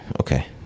Okay